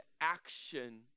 action